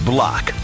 Block